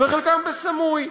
וחלקם בסמוי,